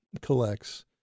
collects